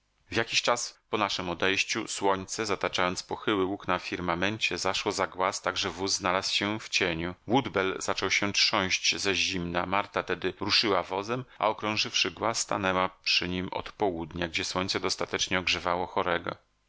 jakiś czas po naszem odejściu słońce zataczając pochyły łuk na firmamencie zaszło za głaz tak że wóz znalazł się w cieniu woodbell zaczął się trząść ze zimna marta tedy ruszyła wozem a okrążywszy głaz stanęła przy nim od południa gdzie słońce dostatecznie ogrzewało chorego